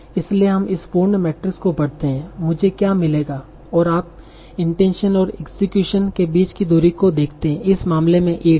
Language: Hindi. इसलिए हम इस पूर्ण मैट्रिक्स को भरते हैं मुझे क्या मिलेगा और आप इंटेंशन और इक्सक्यूशन के बीच की दूरी को देखते हैं इस मामले में 8 है